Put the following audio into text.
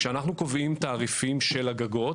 כשאנחנו קובעים תעריפים של הגגות,